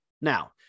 Now